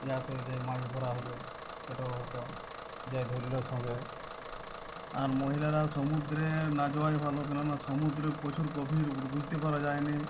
ই এত যে মাছ ধরা হলো সেটা হতো যে ধরল সঙ্গে আর মহিলারাও সমুদ্রে না যওয়াই ভালো কেননা সমুদ্রে প্রচুর গভীর বু বুঝতে পারা যায় না